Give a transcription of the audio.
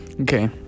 Okay